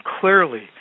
clearly